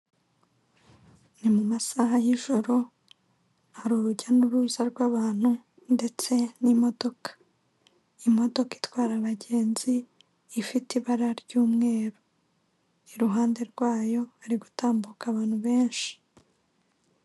Ni mu masaha y'ijoro hari urujya n'uruza rw'abantu ndetse n'imodoka. Imodoka itwara abagenzi ifite ibara ry'umweru iruhande rwayo hari gutambuka abantu benshi.